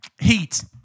heat